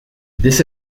this